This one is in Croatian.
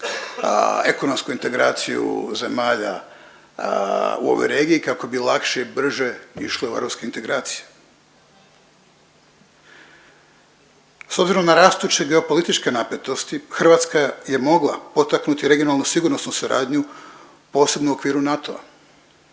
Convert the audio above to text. ekonomsku integraciju zemalja u ovoj regiji kako bi lakše i brže išli u europske integracije. S obzirom na rastuće geopolitičke napetosti Hrvatska je mogla potaknuti regionalnu sigurnosnu suradnju posebno u okviru NATO-a.